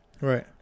Right